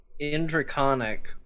Indraconic